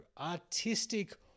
artistic